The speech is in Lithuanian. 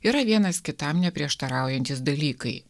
yra vienas kitam neprieštaraujantys dalykai